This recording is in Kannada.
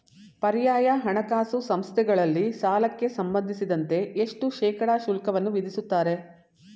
ಪರ್ಯಾಯ ಹಣಕಾಸು ಸಂಸ್ಥೆಗಳಲ್ಲಿ ಸಾಲಕ್ಕೆ ಸಂಬಂಧಿಸಿದಂತೆ ಎಷ್ಟು ಶೇಕಡಾ ಶುಲ್ಕವನ್ನು ವಿಧಿಸುತ್ತಾರೆ?